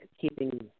keeping